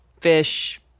Fish